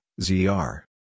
ZR